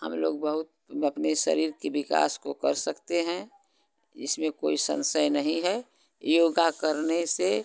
हम लोग बहुत अपने शरीर की विकास को कर सकते हैं इसमें कोई संशय नहीं है योग करने से